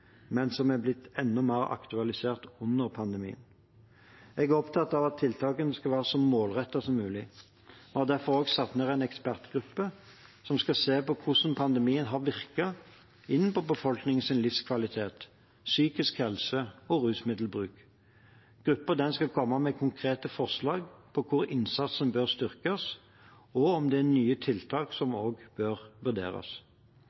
Jeg er opptatt av at tiltakene skal være så målrettede som mulig, og har derfor også satt ned en ekspertgruppe som skal se på hvordan pandemien har virket inn på befolkningens livskvalitet, psykisk helse og rusmiddelbruk. Gruppen skal komme med konkrete forslag til hvor innsatsen bør styrkes, og om det er nye tiltak som også bør vurderes.